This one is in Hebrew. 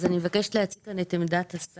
אני מבקשת להציג כאן את עמדת השר.